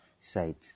site